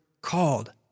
called